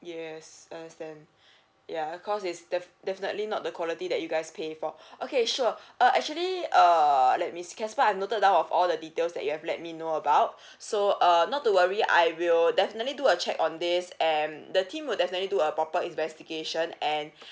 yes understand ya cause it's def~ definitely not the quality that you guys pay for okay sure uh actually err let me see casper I've noted down of all the details that you have let me know about so uh not too worry I will definitely do a check on this and the team will definitely do a proper investigation and